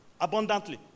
abundantly